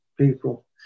people